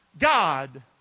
God